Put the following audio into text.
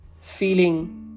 feeling